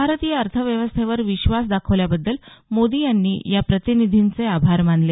भारतीय अर्थव्यवस्थेवर विश्वास दाखवल्या बद्दल मोदी यांनी या प्रतिनिधींचे आभार मानले